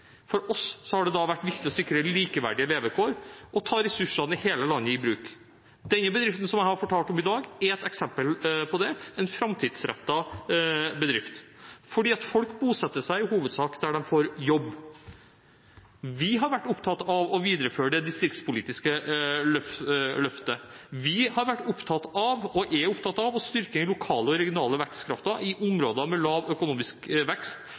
For oss har det vært viktig å sikre likeverdige levekår og ta ressursene i hele landet i bruk. Den bedriften jeg har fortalt om i dag, er et eksempel på det, en framtidsrettet bedrift, for folk bosetter seg i hovedsak der de får jobb. Vi har vært opptatt av å videreføre det distriktspolitiske løftet. Vi har vært, og er, opptatt av å styrke den lokale og regionale vekstkraften i områder med lav økonomisk vekst,